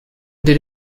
did